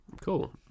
Cool